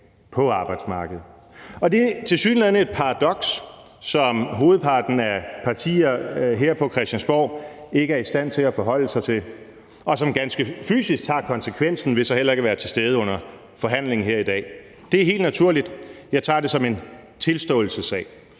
på arbejdsmarkedet er. Og det er tilsyneladende et paradoks, som hovedparten af partierne her på Christiansborg ikke er i stand til at forholde sig til, og de tager ganske fysisk konsekvensen ved så heller ikke at være til stede under forhandlingen her i dag. Det er helt naturligt. Jeg tager det som en tilståelsessag.